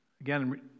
Again